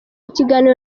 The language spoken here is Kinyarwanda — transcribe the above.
kiganiro